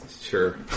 Sure